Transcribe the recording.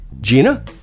Gina